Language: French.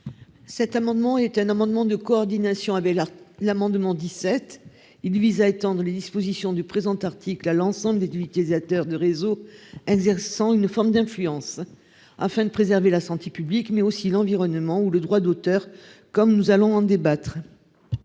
Cet amendement est un amendement de coordination Abella l'amendement 17, il vise à étendre les dispositions du présent article à l'ensemble des d'utilisateur du réseau exerçant une forme d'influence afin de préserver la santé publique mais aussi l'environnement ou le droit d'auteur, comme nous allons en débattre.